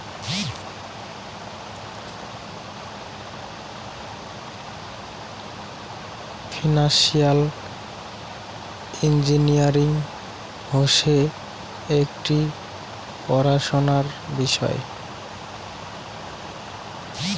financial engineering হসে একটি পড়াশোনার বিষয়